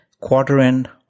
quarter-end